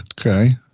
okay